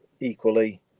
equally